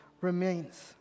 remains